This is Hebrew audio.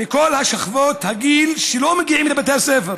מכל שכבות הגיל שלא מגיעים לבתי ספר.